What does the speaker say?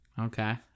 Okay